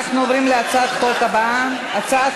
אנחנו עוברים להצעת החוק הבאה: הצעת